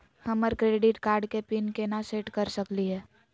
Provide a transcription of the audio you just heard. हमर credit card के PIN केना सेट कर सकली हे?